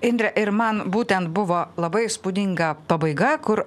indre ir man būtent buvo labai įspūdinga pabaiga kur